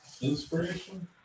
Inspiration